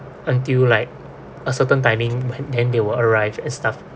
until like a certain timing then they will arrive and stuff